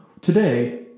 Today